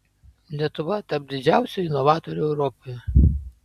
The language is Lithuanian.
lietuva tarp didžiausių inovatorių europoje